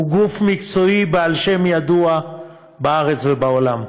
הוא גוף מקצועי בעל שם ידוע בארץ ובעולם,